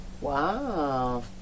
Wow